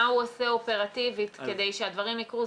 מה הוא עושה אופרטיבית כדי שהדברים יקרו?